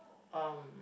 um